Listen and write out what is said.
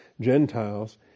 Gentiles